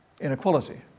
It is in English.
inequality